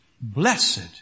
Blessed